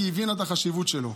כי היא הבינה את החשיבות שלו.